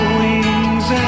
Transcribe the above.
wings